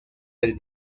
del